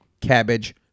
cabbage